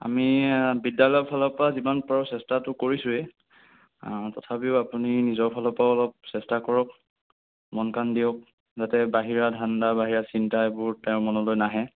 আমি বিদ্যালয়ৰ ফালৰ পৰা যিমান পাৰোঁ চেষ্টাটো কৰিছোঁৱেই তথাপিও আপুনি নিজৰ ফালৰ পৰাও অলপ চেষ্টা কৰক মন কাণ দিয়ক যাতে বাহিৰা ধান্দা বাহিৰা চিন্তা এইবোৰ তেওঁৰ মনলৈ নাহে